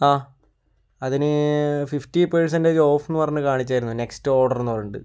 ആ അതിന് fifty percentage ഓഫെന്ന് പറഞ്ഞ് കാണിച്ചായിരുന്നു നെക്സ്റ്റ് ഓർഡർന്ന് പറഞ്ഞിട്ട്